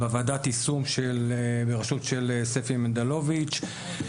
בוועדת היישום בראשות של ספי מנדלוביץ.